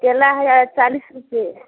केला है चालीस रुपये